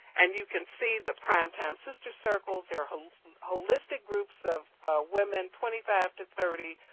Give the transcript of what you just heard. and you can see the prime time sister circles, they are holistic holistic groups of women twenty five to thirty,